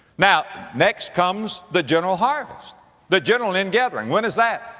now, next comes the general harvest the general ingathering. when is that?